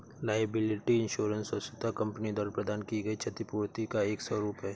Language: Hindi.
लायबिलिटी इंश्योरेंस वस्तुतः कंपनी द्वारा प्रदान की गई क्षतिपूर्ति का एक स्वरूप है